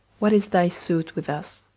what is thy suit with us?